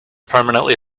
permanently